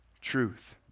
truth